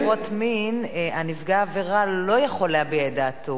בעבירות מין נפגע העבירה לא יכול להביע את דעתו.